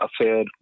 affair